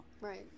right